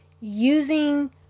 using